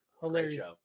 hilarious